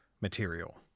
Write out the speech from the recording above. material